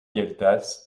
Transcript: gueltas